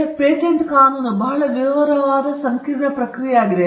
ಮತ್ತು ಪೇಟೆಂಟ್ ಕಾನೂನು ಬಹಳ ವಿವರವಾದ ಮತ್ತು ಕೆಲವೊಮ್ಮೆ ಒಂದು ಸಂಕೀರ್ಣ ಪ್ರಕ್ರಿಯೆಯಾಗಿದೆ